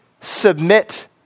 submit